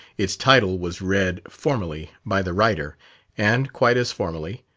its title was read, formally, by the writer and, quite as formally,